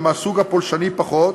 גם מהסוג הפולשני פחות,